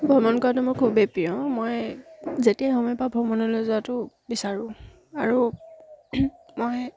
ভ্ৰমণ কৰাটো মোৰ খুবেই প্ৰিয় মই যেতিয়াই সময় পাওঁ ভ্ৰমণলৈ যোৱাটো বিচাৰোঁ আৰু মই